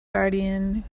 guardian